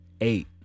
eight